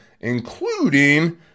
including –